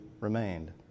remained